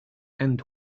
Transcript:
and